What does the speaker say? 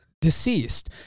deceased